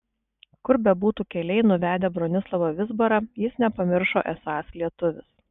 kur bebūtų keliai nuvedę bronislavą vizbarą jis nepamiršo esąs lietuvis